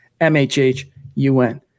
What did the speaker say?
MHHUN